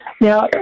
Now